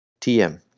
TM